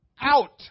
out